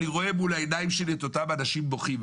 אני רואה מול העיניים שלי את אותם אנשים בוכים.